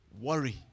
worry